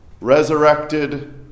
Resurrected